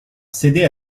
céder